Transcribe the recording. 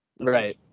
Right